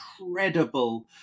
incredible